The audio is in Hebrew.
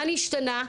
מה השתנה?